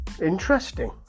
Interesting